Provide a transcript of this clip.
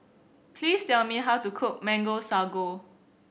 please tell me how to cook Mango Sago